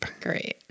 Great